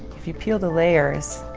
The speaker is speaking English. if you peel the layers,